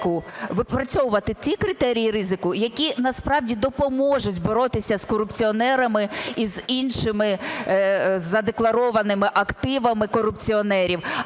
випрацьовувати ті критерії ризику, які насправді допоможуть боротися з корупціонерами і з іншими задекларованими активами корупціонерів,